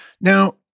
now